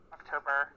October